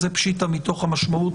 זה פשיטא מתוך המשמעות,